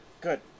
Good